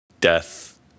death